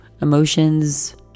emotions